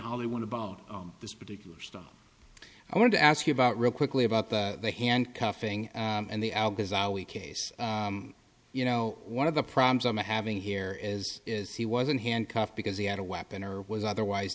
hollywood about this particular stuff i want to ask you about real quickly about that the handcuffing and the case you know one of the problems i'm having here is is he was in handcuffs because he had a weapon or was otherwise